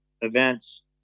events